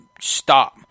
stop